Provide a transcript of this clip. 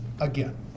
Again